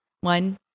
One